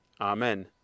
Amen